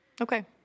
Okay